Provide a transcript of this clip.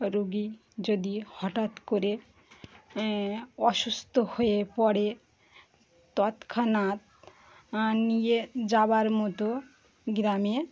রোগী যদি হঠাৎ করে অসুস্থ হয়ে পড়ে তৎক্ষণাৎ নিয়ে যাওয়ার মতো গ্রামে